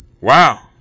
Wow